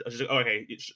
okay